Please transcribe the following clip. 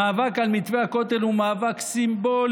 המאבק על מתווה הכותל הוא מאבק סימבולי,